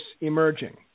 emerging